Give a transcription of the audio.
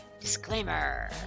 Disclaimer